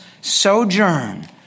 sojourn